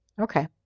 Okay